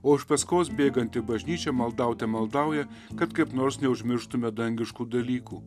o iš paskos bėganti bažnyčia maldaute maldauja kad kaip nors neužmirštume dangiškų dalykų